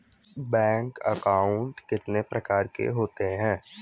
Bank account कितने प्रकार के होते हैं?